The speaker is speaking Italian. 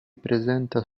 presenta